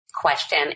question